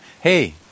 Hey